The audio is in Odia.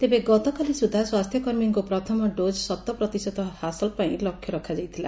ତେବେ ଗତକାଲିସୁଦ୍ଧା ସ୍ୱାସ୍ଥ୍ୟକର୍ମୀଙ୍କୁ ପ୍ରଥମ ଡୋଜ୍ ଶତପ୍ରତିଶତ ହାସଲ ପାଇଁ ଲକ୍ଷ୍ୟ ରଖାଯାଇଥିଲା